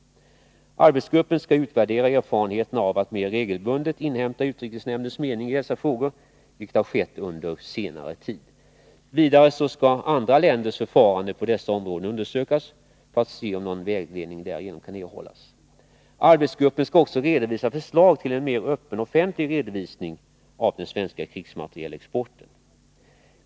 Arbetsgruppen skall utvärdera erfarenheterna av att mer regelbundet inhämta utrikesnämndens mening i dessa frågor, vilket skett under senare tid. Vidare skall andra länders förfarande på dessa områden undersökas för att se om någon vägledning kan erhållas. Arbetsgruppen skall också redovisa förslag till en mer öppen offentlig redovisning av den svenska krigsmaterielexporten.